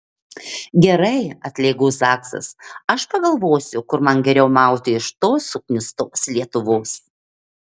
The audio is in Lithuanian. gerai atlėgo zaksas aš pagalvosiu kur man geriau mauti iš tos suknistos lietuvos